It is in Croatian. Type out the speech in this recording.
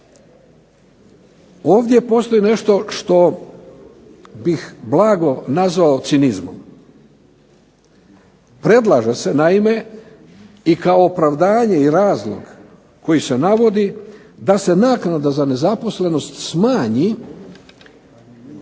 Ovdje postoji nešto što bih blago nazvao cinizmom. Predlaže se naime i kao opravdanje i razlog koji se navodi da se naknada za nezaposlenost smanji